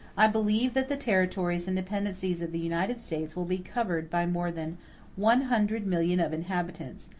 i believe that the territories and dependencies of the united states will be covered by more than one hundred million of inhabitants,